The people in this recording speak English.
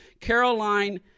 Caroline